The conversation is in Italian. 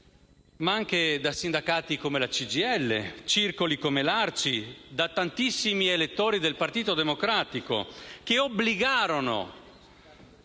ma anche da sindacati come la CGIL, da circoli come l'ARCI, da tantissimi elettori del Partito Democratico, che obbligarono